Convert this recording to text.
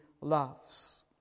loves